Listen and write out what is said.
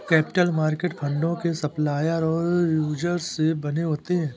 capital market फंडों के supplier और यूजर से बने होते हैं